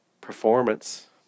performance